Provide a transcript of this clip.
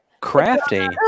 Crafty